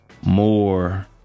more